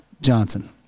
Johnson